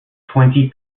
twenty